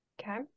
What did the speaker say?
okay